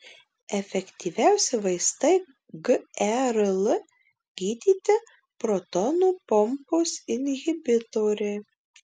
efektyviausi vaistai gerl gydyti protonų pompos inhibitoriai